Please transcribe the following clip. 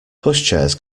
pushchairs